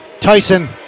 Tyson